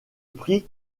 prit